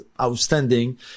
outstanding